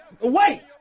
Wait